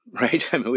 right